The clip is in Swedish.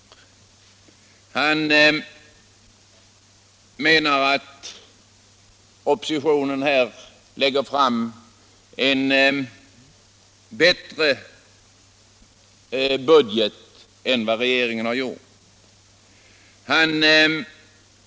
Herr Carlsson i Tyresö menar att oppositionens budget är bättre än den regeringen lagt fram.